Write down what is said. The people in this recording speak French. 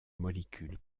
molécules